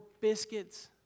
biscuits